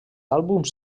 àlbums